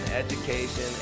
Education